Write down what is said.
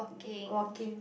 walking